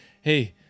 hey